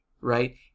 right